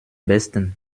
besten